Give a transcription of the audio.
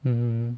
mmhmm